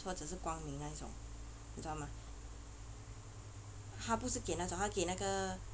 或者是光明那种你知道吗他不是给那种他是给那个